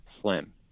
slim